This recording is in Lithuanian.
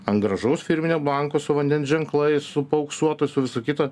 ant gražaus firminio blanko su vandens ženklai su paauksuotu su visu kitu